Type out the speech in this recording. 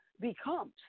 becomes